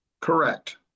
Correct